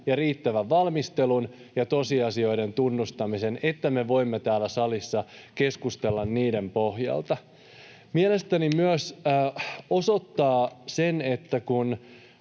ja riittävän valmistelun ja tosiasioiden tunnustamisen, että me voimme täällä salissa keskustella niiden pohjalta. Mielestäni se, että